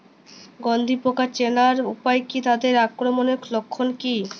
গন্ধি পোকা চেনার উপায় কী তাদের আক্রমণের লক্ষণ কী?